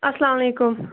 اَلسلامُ علیکُم